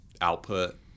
output